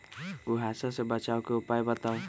कुहासा से बचाव के उपाय बताऊ?